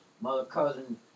mother-cousin